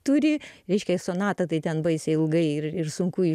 turi reiškia sonata tai ten baisiai ilga ir sunku iš